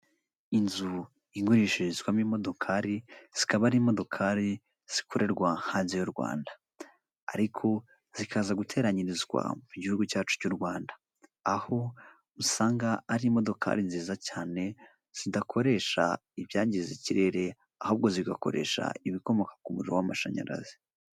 Inzu igurisharizwamo imodokari, zikaba ari imodokari zikorerwa hanze y'u Rwanda, ariko zikaza guteranyirizwa mu gihugu cyacu cy'u Rwanda, aho usanga ari imodokari nziza cyane zidakoresha ibyangiza ikirere ahubwo zigakoresha ibikomoka ku muriro w'amashanyarazi.